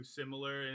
similar